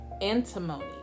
antimony